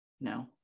No